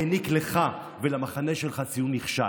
העניק לך ולמחנה שלך ציון נכשל.